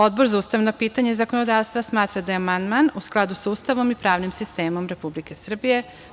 Odbor za ustavna pitanja i zakonodavstvo smatra da je amandman u skladu sa Ustavom i pravnim sistemom Republike Srbije.